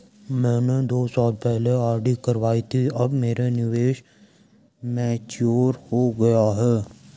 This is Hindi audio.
मैंने दो साल पहले आर.डी करवाई थी अब मेरा निवेश मैच्योर हो गया है